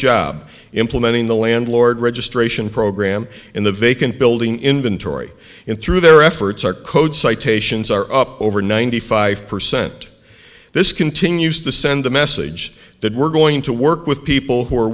job implementing the landlord registration program in the vacant building inventory in through their efforts our code citations are up over ninety five percent this continues to send a message that we're going to work with people who are